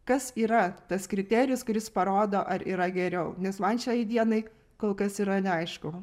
kas yra tas kriterijus kuris parodo ar yra geriau nes man šiai dienai kol kas yra neaišku